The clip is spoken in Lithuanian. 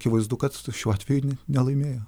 akivaizdu kad šiuo atveju nelaimėjo